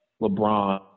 LeBron